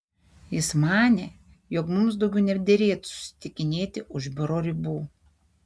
jis manė jog mums daugiau nederėtų susitikinėti už biuro ribų